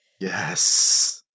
Yes